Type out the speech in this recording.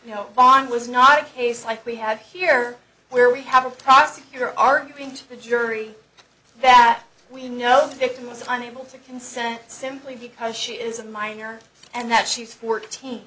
you know bond was not a case like we have here where we have a prosecutor aren't going to the jury that we know the victim was unable to consent simply because she is a minor and that she's fourteen